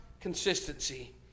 consistency